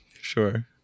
sure